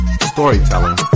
storytelling